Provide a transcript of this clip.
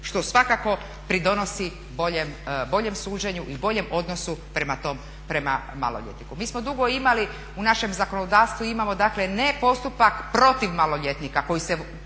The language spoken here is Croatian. što svakako pridonosi boljem suđenju i boljem odnosu prema maloljetniku. Mi smo dugo imali, u našem zakonodavstvu imamo dakle ne postupak protiv maloljetnika koji se